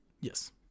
Yes